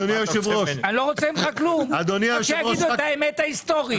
שיגידו את האמת ההיסטורית.